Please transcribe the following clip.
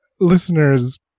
Listeners